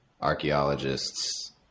Archaeologists